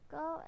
go